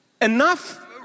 Enough